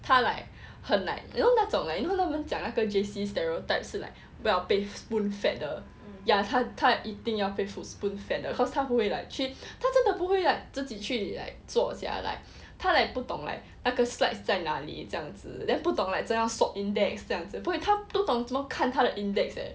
他 like 很 like you know 那种 like 他们讲那种 J_C stereotype 是 like 不要被 spoon-fed 的 ya 他他一定要被 spoon-fed 的 cause 他不会 like 去他真的不会 like 自己去 like 做 sia like 他 like 不懂 like 那个 slides 在哪里这样子 then 不懂怎样 swap index 这样子他不懂怎么看他的 index eh